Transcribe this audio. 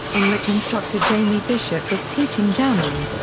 in which instructor jamie bishop was teaching german.